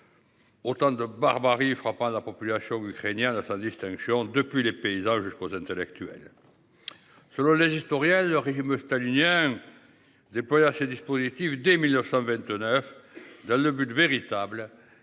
Autant de barbarie frappant la population ukrainienne à sans distinction depuis les paysages jusqu'aux intellectuels. Selon les historiens le régime stalinien. Ce dispositif dès 1929. Dans le but de véritables